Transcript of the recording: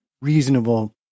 reasonable